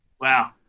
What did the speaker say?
Wow